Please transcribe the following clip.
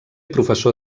professor